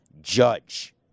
Judge